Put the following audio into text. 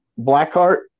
Blackheart